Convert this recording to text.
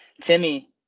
Timmy